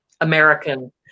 American